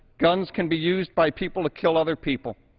guns can be used by people to kill other people.